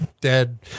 dead